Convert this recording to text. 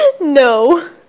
No